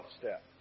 step